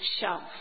shelf